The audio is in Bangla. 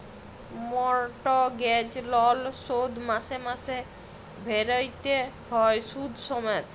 মর্টগেজ লল শোধ মাসে মাসে ভ্যইরতে হ্যয় সুদ সমেত